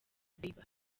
bieber